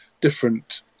different